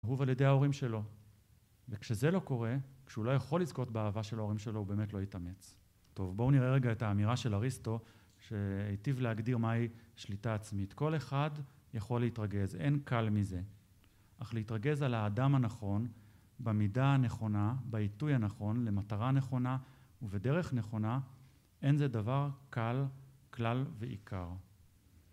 אהוב על ידי ההורים שלו וכשזה לא קורה, כשהוא לא יכול לזכות באהבה של ההורים שלו, הוא באמת לא יתאמץ טוב, בואו נראה רגע את האמירה של אריסטו שהטיב להגדיר מה היא שליטה עצמית כל אחד יכול להתרגז, אין קל מזה אך להתרגז על האדם הנכון במידה הנכונה, בעיתוי הנכון, למטרה הנכונה ובדרך נכונה אין זה דבר קל כלל ועיקר